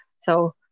So-